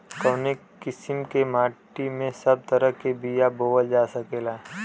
कवने किसीम के माटी में सब तरह के बिया बोवल जा सकेला?